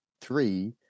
three